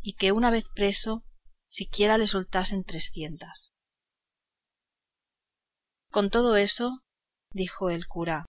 y que una vez preso siquiera le soltasen trecientas con todo eso dijo el cura